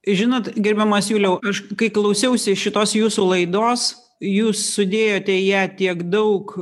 žinot gerbiamas juliau iš kai klausiausi šitos jūsų laidos jūs sudėjote į ją tiek daug